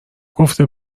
گفته